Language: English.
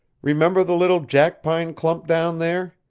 remember the little jackpine clump down there?